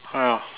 ya